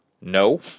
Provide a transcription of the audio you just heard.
No